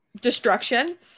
destruction